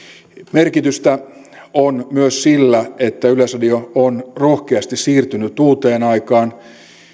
merkitystä on myös sillä että yleisradio on rohkeasti siirtynyt uuteen aikaan